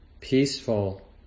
peaceful